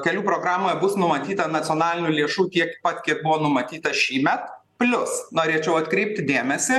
kelių programoje bus numatyta nacionalinių lėšų kiek pat kiek buvo numatyta šįmet plius norėčiau atkreipti dėmesį